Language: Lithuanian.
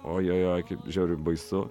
ojojoj kaip žiauriai baisu